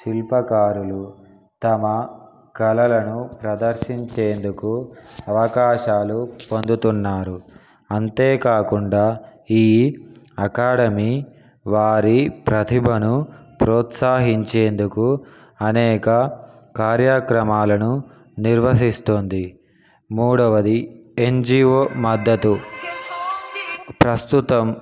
శిల్పకారులు తమ కళలను ప్రదర్శించేందుకు అవకాశాలు పొందుతున్నారు అంతేకాకుండా ఈ అకాడమీ వారి ప్రతిభను ప్రోత్సాహించేందుకు అనేక కార్యక్రమాలను నిర్వహిస్తుంది మూడవది ఎన్జిఓ మద్దతు ప్రస్తుతం